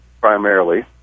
primarily